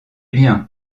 bien